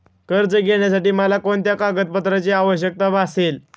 कर्ज घेण्यासाठी मला कोणत्या कागदपत्रांची आवश्यकता भासेल?